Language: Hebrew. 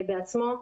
בעצמו.